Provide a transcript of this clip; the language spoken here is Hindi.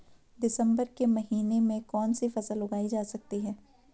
दिसम्बर के महीने में कौन सी फसल उगाई जा सकती है?